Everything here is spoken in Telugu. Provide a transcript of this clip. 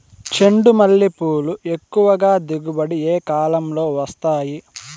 చెండుమల్లి పూలు ఎక్కువగా దిగుబడి ఏ కాలంలో వస్తాయి